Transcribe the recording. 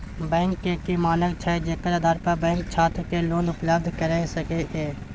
Bank के की मानक छै जेकर आधार पर बैंक छात्र के लोन उपलब्ध करय सके ये?